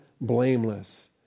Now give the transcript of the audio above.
blameless